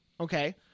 Okay